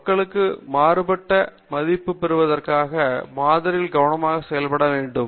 மக்களுக்கு பொறுப்பான மதிப்பீட்டை பெறுவதற்காக மாதிரி கவனமாக செய்யப்பட வேண்டும்